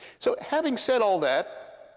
so having said all that,